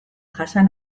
jasan